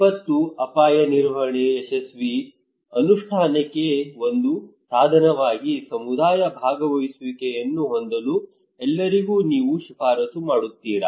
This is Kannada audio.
ವಿಪತ್ತು ಅಪಾಯ ನಿರ್ವಹಣೆಯ ಯಶಸ್ವಿ ಅನುಷ್ಠಾನಕ್ಕೆ ಒಂದು ಸಾಧನವಾಗಿ ಸಮುದಾಯ ಭಾಗವಹಿಸುವಿಕೆಯನ್ನು ಹೊಂದಲು ಎಲ್ಲರೂ ನಿಮಗೆ ಶಿಫಾರಸು ಮಾಡುತ್ತಾರೆ